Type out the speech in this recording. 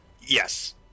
Yes